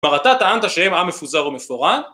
‫כלומר, אתה טענת שהם ‫עם מפוזר ומפורד?